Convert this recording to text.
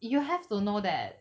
you have to know that